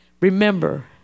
Remember